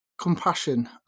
compassion